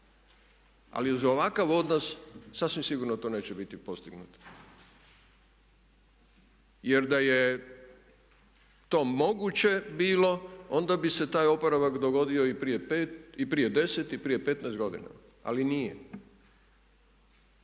Ali uz ovakav odnos sasvim sigurno to neće biti postignuto. Jer da je to moguće bilo onda bi se taj oporavak dogodio i prije 5 i prije 10 i prije 15 godina, ali nije.